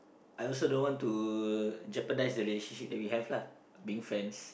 I also don't want to jeopardize the relationship that we have lah being friends